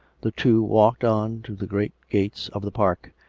the two walked on to the great gates of the park,